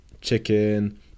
chicken